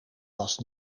was